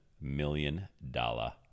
million-dollar